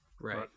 right